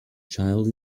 child